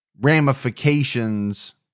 ramifications